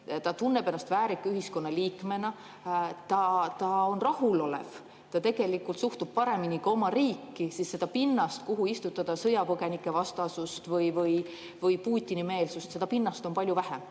ta tunneb ennast väärika ühiskonnaliikmena, ta on rahulolev, siis ta tegelikult suhtub paremini ka oma riiki ja seda pinnast, kuhu istutada sõjapõgenikevastasust või Putini-meelsust, on palju vähem.